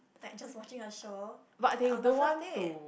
like just watching a show but on the first date